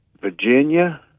Virginia